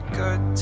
good